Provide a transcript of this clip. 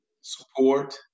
support